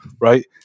right